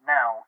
Now